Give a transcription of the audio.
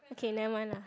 okay never mind lah